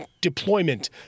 deployment